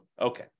Okay